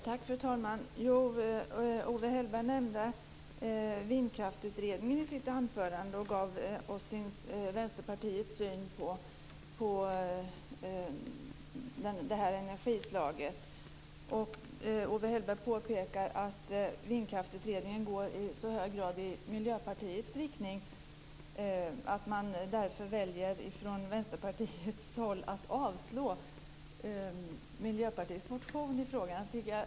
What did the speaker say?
Fru talman! Owe Hellberg nämnde i sitt anförande Vindkraftutredningen och gav oss Vänsterpartiets syn på det energislaget. Owe Hellberg påpekar att Vindkraftutredningen i så hög grad går i Miljöpartiets riktning att man från Vänsterpartiets håll därför väljer att avstyrka Miljöpartiets motion i frågan.